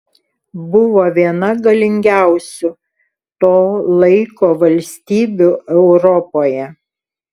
buvo viena galingiausių to laiko valstybių europoje